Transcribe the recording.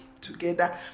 together